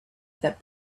that